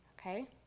okay